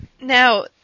Now